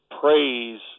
praise